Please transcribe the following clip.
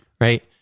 Right